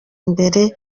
imbere